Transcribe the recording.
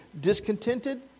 discontented